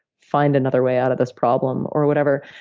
find another way out of this problem, or whatever.